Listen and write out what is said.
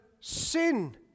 sin